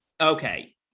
Okay